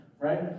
right